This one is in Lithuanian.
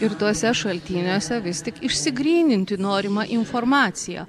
ir tuose šaltiniuose vis tik išsigryninti norimą informaciją